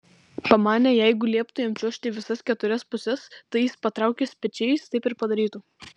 pamanė jeigu lieptų jam čiuožti į visas keturias puses tai jis patraukęs pečiais taip ir padarytų